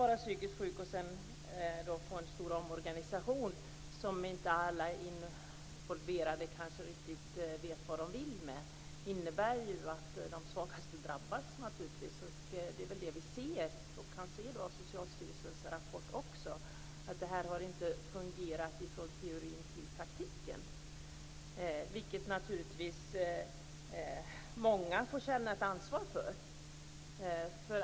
När de psykiskt sjuka får leva med en stor omorganisation som alla involverade kanske inte riktigt vet vad de vill med innebär det naturligtvis att de svagaste drabbas. Det är väl det vi ser och som också kommer fram i Det här har inte kunnat överföras från teorin till praktiken, vilket naturligtvis många får känna ett ansvar för.